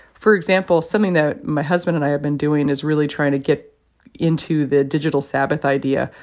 for example, something that my husband and i have been doing is really trying to get into the digital sabbath idea,